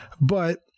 But-